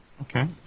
okay